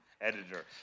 editor